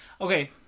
Okay